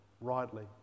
rightly